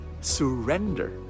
Surrender